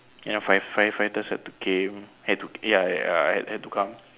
ya fire firefighters had to came had to ya ya had to come